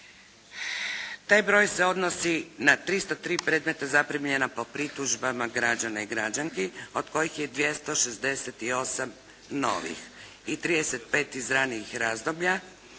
Taj broj se odnosi na 303 predmeta zaprimljena po pritužbama građana i građanki od kojih je 268 novih i 35 iz ranijih razdoblja,